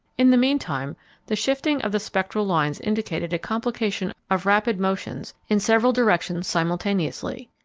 in the mean time the shifting of the spectral lines indicated a complication of rapid motions in several directions simultaneously.